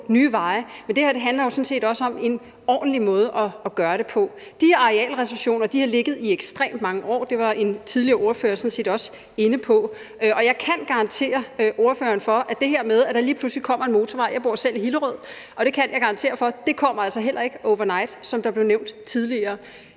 nye veje, men det her handler jo sådan set også om en ordentlig måde at gøre det på. De arealreservationer har ligget der i ekstremt mange år, hvilket en tidligere ordfører sådan set også var inde på, og til det her med, at der lige pludselig kommer en motorvej – jeg bor selv i Hillerød – kan jeg garantere ordføreren for, at det altså heller ikke kommer til at ske over night, som der blev nævnt tidligere.